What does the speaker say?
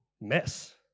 mess